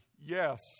yes